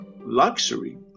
luxury